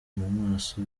maso